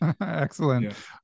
Excellent